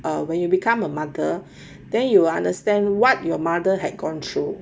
when you become a mother then you will understand what your mother had gone through